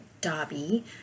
Dobby